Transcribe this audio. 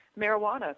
marijuana